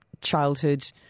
childhood